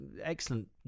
excellent